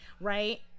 right